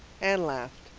anne laughed,